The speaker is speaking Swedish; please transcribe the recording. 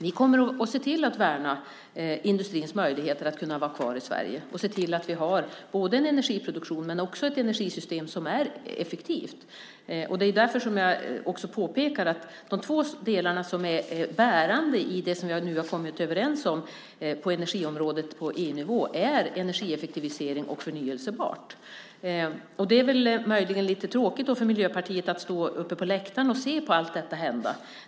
Vi kommer att se till att värna industrins möjligheter att vara kvar i Sverige och se till att vi har både en energiproduktion och också ett effektivt energisystem. Det är därför som jag påpekar att de två bärande delarna i det vi nu har kommit överens om på energiområdet på EU-nivå är energieffektivisering och det förnybara. Det är möjligen lite tråkigt för Miljöpartiet att stå på läktaren och se allt detta hända.